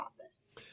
office